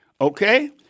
okay